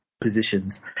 positions